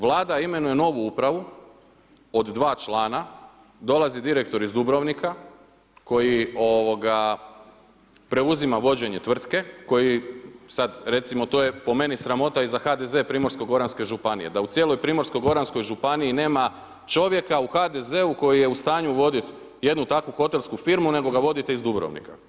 Vlada imenuje novu upravu od dva člana, dolazi direktor iz Dubrovnika koji preuzima vođenje tvrtke, koji sad recimo to je po meni sramota i za HDZ Primorsko-goranske županije, da u cijeloj Primorsko-goranskoj županiji nema čovjeka u HDZ-u koji je u stanju voditi jednu takvu hotelsku firmu nego ga vodite iz Dubrovnika.